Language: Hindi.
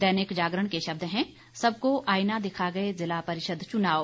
दैनिक जागरण के शब्द हैं सब को आईना दिखा गए जिला परिषद चुनाव